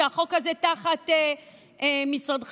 החוק הזה תחת משרדך,